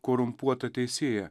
korumpuotą teisėją